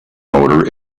motor